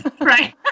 Right